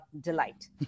delight